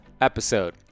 episode